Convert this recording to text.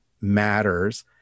matters